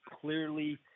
clearly